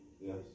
Yes